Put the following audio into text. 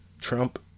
Trump